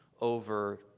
over